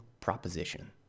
proposition